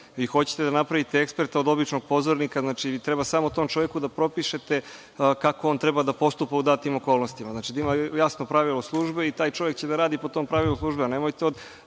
Vi hoćete da napravite eksperta od običnog pozornika. Znači, vi treba samo tom čoveku da propišete kako on treba da postupa u datim okolnostima. Znači, da ima jasno pravilo službi i taj čovek će da radi po tom pravilu službe, a nemojte od